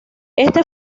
este